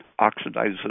oxidizes